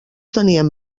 tenien